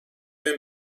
bin